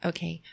Okay